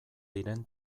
diren